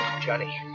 Johnny